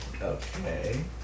Okay